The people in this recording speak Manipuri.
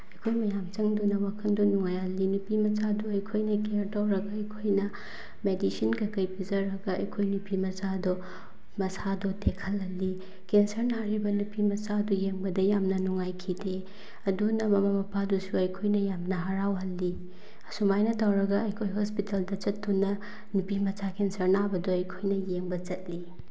ꯑꯩꯈꯣꯏ ꯃꯌꯥꯝ ꯆꯪꯗꯨꯅ ꯋꯥꯈꯟꯗꯣ ꯅꯨꯡꯉꯥꯏꯍꯜꯂꯤ ꯅꯨꯄꯤꯃꯆꯥꯗꯨ ꯑꯩꯈꯣꯏꯅ ꯀꯤꯌꯔ ꯇꯧꯔꯒ ꯑꯩꯈꯣꯏꯅ ꯃꯦꯗꯤꯁꯤꯟ ꯀꯩꯀꯩ ꯄꯤꯔꯒ ꯑꯩꯈꯣꯏ ꯅꯨꯄꯤꯃꯆꯥꯗꯨ ꯃꯁꯥꯗꯣ ꯇꯦꯛꯈꯠꯍꯜꯂꯤ ꯀꯦꯟꯁꯔ ꯅꯥꯔꯤꯕ ꯅꯨꯄꯤꯃꯆꯥꯗꯨ ꯌꯦꯡꯕꯗ ꯌꯥꯝꯅ ꯅꯨꯡꯉꯥꯏꯈꯤꯗꯦ ꯑꯗꯨꯅ ꯃꯃꯥ ꯃꯄꯥꯗꯨꯁꯨ ꯑꯩꯈꯣꯏꯅ ꯌꯥꯝꯅ ꯍꯔꯥꯎꯍꯜꯂꯤ ꯑꯁꯨꯃꯥꯏꯅ ꯇꯧꯔꯒ ꯑꯩꯈꯣꯏ ꯍꯣꯁꯄꯤꯇꯥꯜꯗ ꯆꯠꯇꯨꯅ ꯅꯨꯄꯤꯃꯆꯥ ꯀꯦꯟꯁꯔ ꯅꯥꯕꯗꯨ ꯑꯩꯈꯣꯏꯅ ꯌꯦꯡꯕ ꯆꯠꯂꯤ